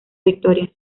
victorias